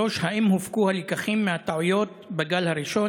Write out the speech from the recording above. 3. האם הופקו הלקחים מהטעויות בגל הראשון?